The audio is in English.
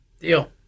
Deal